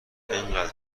اینقدر